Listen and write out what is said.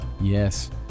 yes